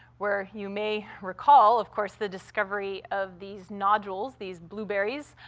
where you may recall, of course, the discovery of these nodules, these blueberries,